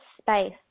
space